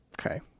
Okay